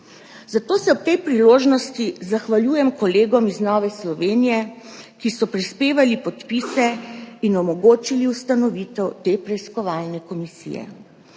Zato se ob tej priložnosti zahvaljujem kolegom iz Nove Slovenije, ki so prispevali podpise in omogočili ustanovitev te preiskovalne komisije.